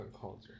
culture